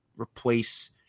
replace